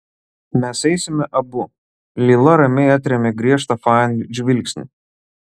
mes eisime abu lila ramiai atrėmė griežtą fain žvilgsnį